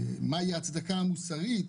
מה היא ההצדקה המוסרית